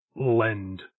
lend